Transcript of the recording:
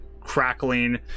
crackling